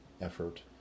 effort